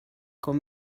con